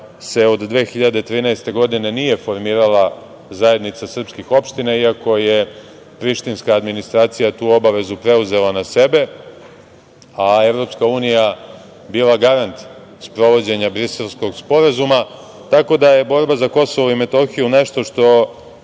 se od 2013. godine nije formirala zajednica srpskih opština, iako je prištinska administracija tu obavezu preuzela na sebe, a Evropska unija bila garant sprovođenja Briselskog sporazuma. Tako da je borba za Kosovo i Metohiju nešto što